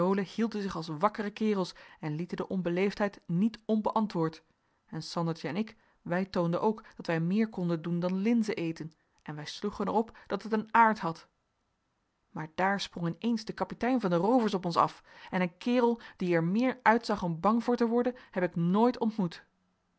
hielden zich als wakkere kerels en lieten de onbeleefdheid niet onbeantwoord en sandertje en ik wij toonden ook dat wij meer konden doen dan linzen eten en wij sloegen er op dat het een aard had maar daar sprong in eens de kapitein van de roovers op ons af en een kerel die er meer uitzag om bang voor te worden heb ik nooit ontmoet